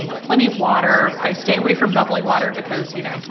plenty of water. i stay away from bubbly water because, you know,